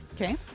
Okay